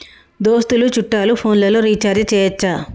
దోస్తులు చుట్టాలు ఫోన్లలో రీఛార్జి చేయచ్చా?